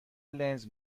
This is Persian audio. لنز